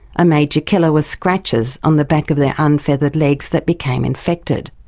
a major killer was scratches on the back of their unfeathered legs that became infected.